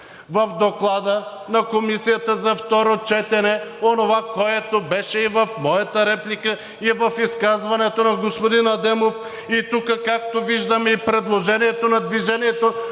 В Доклада на Комисията за второ четене онова, което беше и в моята реплика, и в изказването на господин Адемов, и тук, както виждам и предложението на „Движение